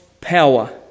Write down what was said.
power